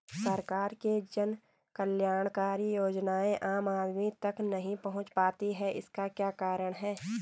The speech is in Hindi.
सरकार की जन कल्याणकारी योजनाएँ आम आदमी तक नहीं पहुंच पाती हैं इसका क्या कारण है?